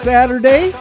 Saturday